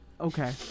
Okay